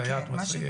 מסייעת או מסייע.